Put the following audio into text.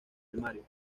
primario